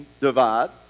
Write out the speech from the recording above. divide